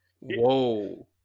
Whoa